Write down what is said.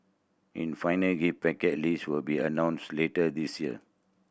in final gift package list will be announced later this year